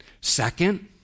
Second